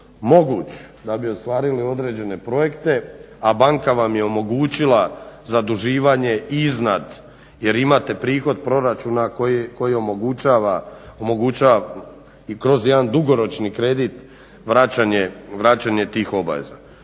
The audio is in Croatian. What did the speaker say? moguć da bi ostvarili određene projekte, a banka vam je omogućila zaduživanje i iznad, jer imate prihod proračuna koji omogućava i kroz jedan dugoročni kredit vraćanje tih obaveza.